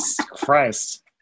Christ